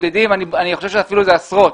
אני חושב שאפילו עשרות.